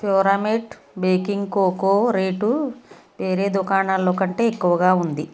ప్యూరామేట్ baking cocoa rate వేరే దుకాణాల్లో కంటే ఎక్కువగా ఉంది